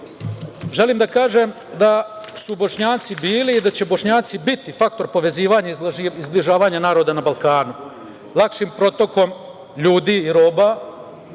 da kažem da su Bošnjaci bili i da će Bošnjaci biti faktor povezivanja i zbližavanja naroda na Balkanu. Lakšim protokom ljudi i roba